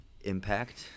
impact